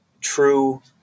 true